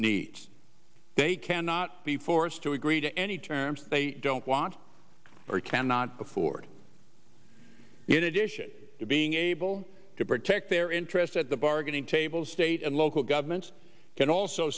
needs they cannot be forced to agree to any terms they don't want or cannot afford in addition to being able to protect their interests at the bargaining table state and local governments can also